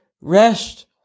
rest